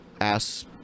ass